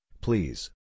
please